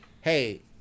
hey